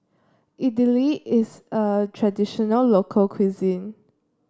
Idili is a traditional local cuisine